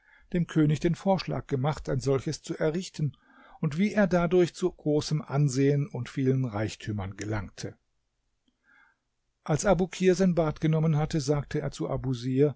dem könig den vorschlag gemacht ein solches zu errichten und wie er dadurch zu großem ansehen und vielen reichtümern gelangte als abukir sein bad genommen hatte sagte er zu abusir